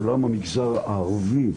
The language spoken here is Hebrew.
עולם המגזר הערבי,